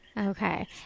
Okay